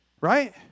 Right